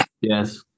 Yes